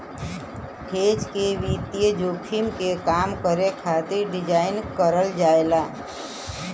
hedge के वित्तीय जोखिम के कम करे खातिर डिज़ाइन करल जाला